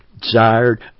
desired